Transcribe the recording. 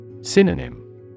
Synonym